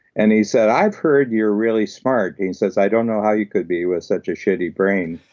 and he said, i've heard you're really smart, and he says, i don't know how you could be with such a shitty brain.